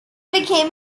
became